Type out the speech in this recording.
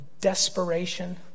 desperation